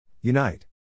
Unite